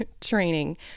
training